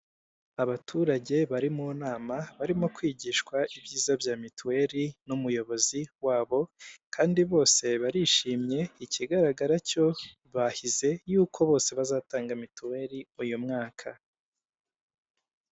Abaturage bari mu nama, barimo kwigishwa ibyiza bya mituweri n'umuyobozi wabo, kandi bose barishimye ikigaragara cyo bahize yuko bose bazatanga mituweri uyu mwaka.